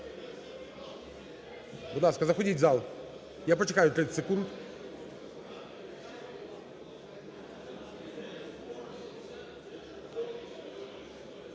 ласка, заходіть в зал, я почекаю 30 секунд.